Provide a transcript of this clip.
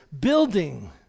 building